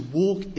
walk